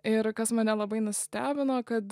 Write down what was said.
ir kas mane labai nustebino kad